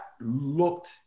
looked